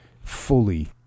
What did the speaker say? fully